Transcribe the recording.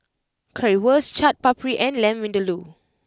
Currywurst Chaat Papri and Lamb Vindaloo